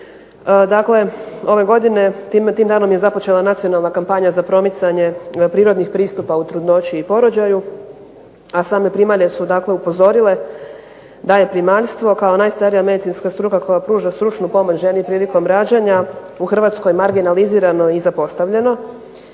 Dakle, ove godine tim danom je započela nacionalna kampanja za promicanje prirodnih pristupa u trudnoći i porođaju, a same primalje su dakle upozorile da je primaljstvo kao najstarija medicinska struka koja pruža stručnu pomoć ženi prilikom rađanja u Hrvatskoj marginalizirano i zapostavljeno